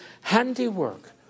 handiwork